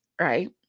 right